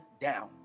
down